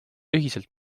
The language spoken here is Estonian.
ühiselt